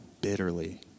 bitterly